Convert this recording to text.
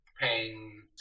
pain